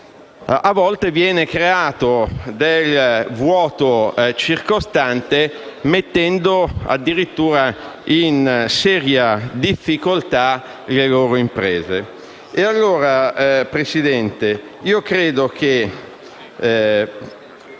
a volte viene creato un vuoto circostante mettendo addirittura in seria difficoltà le loro imprese.